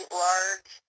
large